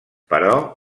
però